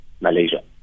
Malaysia